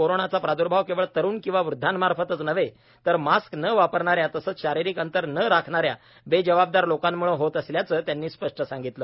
कोरोनाचा प्रादुर्भाव केवळ तरुण किंवा वृद्धांमार्फतच नव्हे तर मास्क न वापरणाऱ्या तसंच शारीरिक अंतर नं राखणाऱ्या बेजबाबदार लोकांमुळे होत असल्याचं त्यांनी स्पष्ट सांगितलं